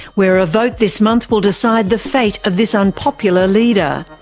where a vote this month will decide the fate of this unpopular leader.